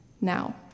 Now